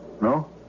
No